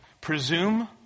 presume